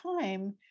time